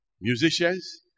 musicians